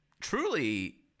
truly